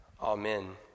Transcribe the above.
Amen